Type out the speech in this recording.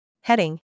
Heading